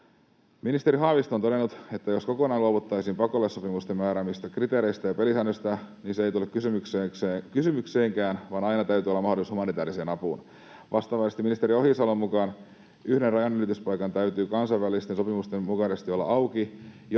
Ministeri Haavisto on todennut, että ei tule kysymykseenkään kokonaan luopua pakolaissopimusten määräämistä kriteereistä ja pelisäännöistä, vaan aina täytyy olla mahdollisuus humanitaariseen apuun. Vastaavasti ministeri Ohisalon mukaan yhden rajanylityspaikan täytyy kansainvälisten sopimusten mukaisesti olla auki,